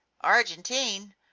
argentine